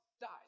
dies